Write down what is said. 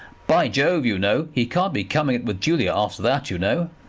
by jove, you know, he can't be coming it with julia after that, you know.